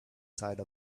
side